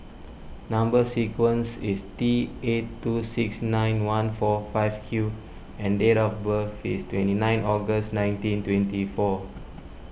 Number Sequence is T eight two six nine one four five Q and date of birth is twenty nine August nineteen twenty four